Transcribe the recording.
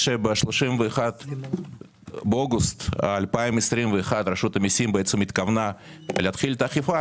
כשב-31 באוגוסט 2021 רשות המיסים בעצם התכוונה להתחיל את האכיפה,